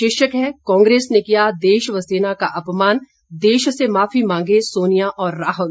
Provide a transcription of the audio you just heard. शीर्षक है कांग्रेस ने किया देश व सेना का अपमान देश से माफी मांगें सोनिया और राहुल